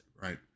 right